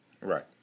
Right